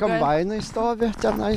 kombainai stovi tenai